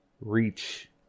reach